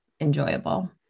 enjoyable